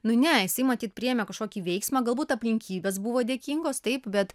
nu ne jisai matyt priėmė kažkokį veiksmą galbūt aplinkybės buvo dėkingos taip bet